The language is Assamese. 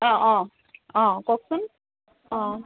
অঁ অঁ অঁ কওকচোন অঁ